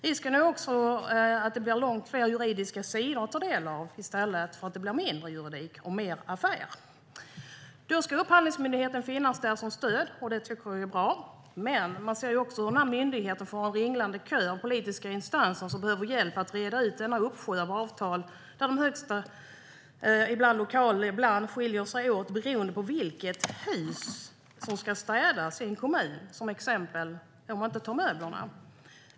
Risken är också att det blir långt fler juridiska sidor att ta del av i stället för mindre juridik och mer affär. Upphandlingsmyndigheten ska finnas där som stöd, och det är bra. Men man ser framför sig hur myndigheten får en ringlande kö av politiska instanser som behöver hjälp med att reda ut denna uppsjö av avtal som ibland skiljer sig åt beroende på vilket hus som ska städas i en kommun, som exempel att inte möblerna ingår i städningen.